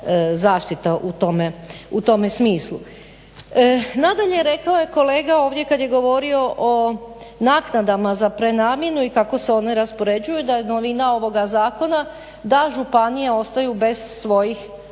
zaštita u tome smislu. Nadalje rekao je kolega ovdje kada je govorio o naknadama za prenamjenu i kako se one raspoređuju da je novina ovog zakona da županije ostaju bez svojih